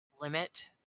limit